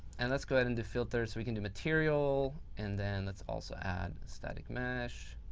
and let's go ahead and do filters. we can do material and then let's also add static mesh.